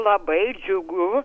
labai džiugu